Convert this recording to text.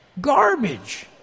garbage